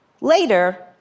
Later